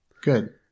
Good